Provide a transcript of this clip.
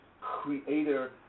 creator